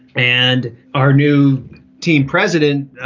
and our new team president,